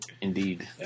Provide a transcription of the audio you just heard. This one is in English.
Indeed